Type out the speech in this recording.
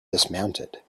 dismounted